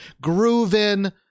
grooving